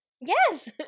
yes